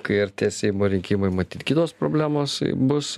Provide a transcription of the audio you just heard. kai artės seimo rinkimai matyt kitos problemos bus